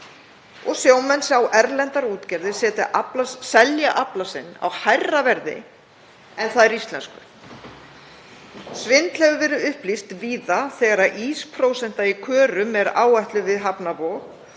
og sjómenn sjá erlendar útgerðir selja afla sinn á hærra verði en þær íslensku. Svindl hefur verið upplýst víða þegar ísprósenta í körum er áætluð við hafnarvog